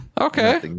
Okay